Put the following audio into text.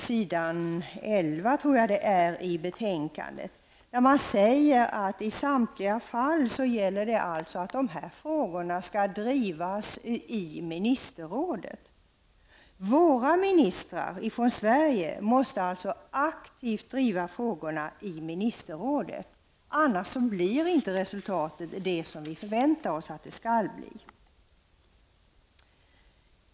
s. 11 i betänkandet. Man säger att sådana här frågor i samtliga fall skall drivas i Ministerrået. Svenska ministrar måste alltså aktivt driva dessa frågor i Ministerrådet, för annars blir resultatet inte vad vi förväntar oss.